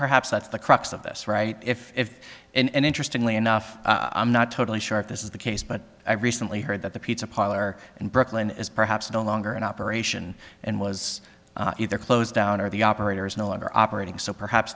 perhaps that's the crux of this right if and interestingly enough i'm not totally sure if this is the case but i recently heard that the pizza parlor in brooklyn is perhaps no longer in operation and was either closed down or the operator is no longer operating so perhaps